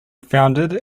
founded